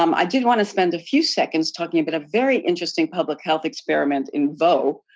um i did want to spend a few seconds talking about a very interesting public health experiment in v so